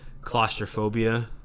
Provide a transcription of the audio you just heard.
claustrophobia